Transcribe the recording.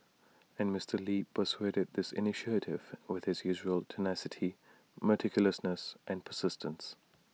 and Mister lee pursuaded this initiative with his usual tenacity meticulousness and persistence